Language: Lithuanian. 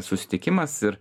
susitikimas ir